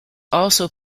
also